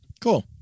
Cool